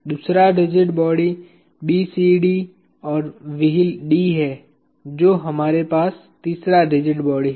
दूसरा rigid body BCD और wheel D है जो हमारे पास तीसरा रिजिड बॉडी हैं